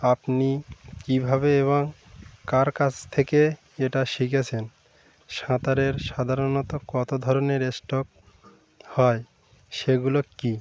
আপনি কীভাবে এবং কার কাছ থেকে এটা শিখেছেন সাঁতারের সাধারণত কত ধরনের স্ট্রোক হয় সেগুলো কী